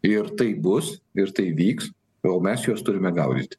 ir taip bus ir tai vyks o jau mes juos turime gaudyti